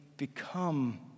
Become